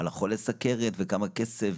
על חולה הסוכרת וכמה כסף,